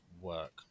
work